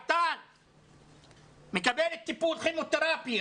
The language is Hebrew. מקבלת טיפול כימותרפי,